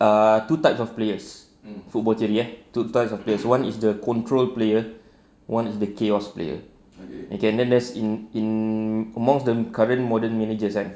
err two types of players football theory eh two types of players one is the control player one is the chaos player and then there's in in amongst the current modern managers kan